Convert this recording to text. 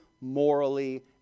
morally